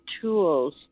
tools